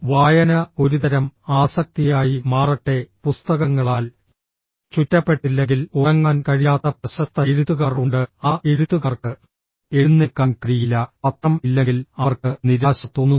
വായന ഒരുതരം ആസക്തിയായി മാറട്ടെ പുസ്തകങ്ങളാൽ ചുറ്റപ്പെട്ടില്ലെങ്കിൽ ഉറങ്ങാൻ കഴിയാത്ത പ്രശസ്ത എഴുത്തുകാർ ഉണ്ട് ആ എഴുത്തുകാർക്ക് എഴുന്നേൽക്കാൻ കഴിയില്ല പത്രം ഇല്ലെങ്കിൽ അവർക്ക് നിരാശ തോന്നുന്നു